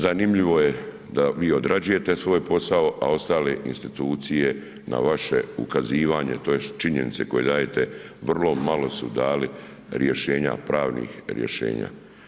Zanimljivo je da vi odrađujete svoj posao, a ostale institucije na vaše ukazivanje tj. činjenice koje dajete vrlo malo su dali rješenja, pravnih rješenja.